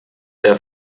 der